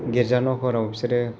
गिरजा न'फोरव बिसोरो